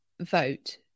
vote